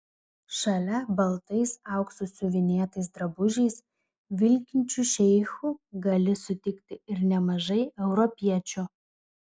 šalia baltais auksu siuvinėtais drabužiais vilkinčių šeichų gali sutikti ir nemažai europiečių